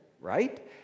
right